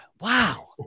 Wow